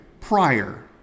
prior